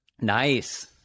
Nice